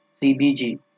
CBG